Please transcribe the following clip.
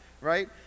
right